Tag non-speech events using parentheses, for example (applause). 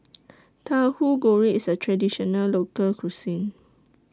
(noise) Tauhu Goreng IS A Traditional Local Cuisine